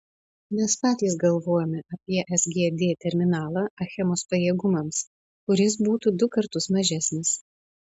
mes patys galvojome apie sgd terminalą achemos pajėgumams kuris būtų du kartus mažesnis